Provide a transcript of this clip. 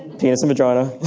penis and vagina,